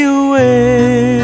away